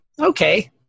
Okay